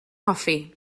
hoffi